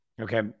Okay